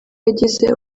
yagize